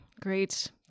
Great